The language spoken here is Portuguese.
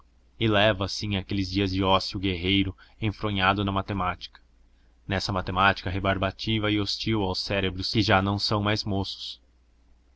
e leva assim aqueles dias de ócio guerreiro enfronhado na matemática nessa matemática rebarbativa e hostil aos cérebros que já não são moços